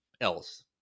else